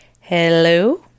Hello